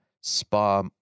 spa